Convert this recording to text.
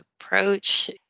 approach